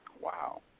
Wow